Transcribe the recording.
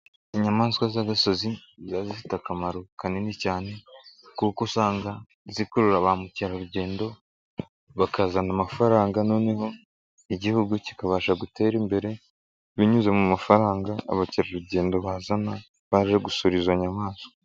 Inyamaswa z'agasozi ziba zifite akamaro kanini cyane kuko usanga zikurura ba mukerarugendo, bakazana amafaranga noneho igihugu kikabasha gutera imbere binyuze mu mafaranga abakerarugendo bazana baje gusura izo nyamaswa.